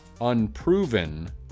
unproven